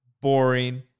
boring